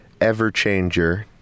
Everchanger